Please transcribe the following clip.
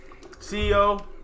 CEO